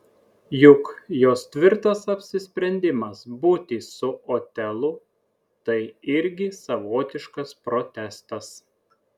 juk jos tvirtas apsisprendimas būti su otelu tai irgi savotiškas protestas